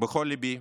בכל ליבי.